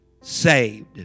saved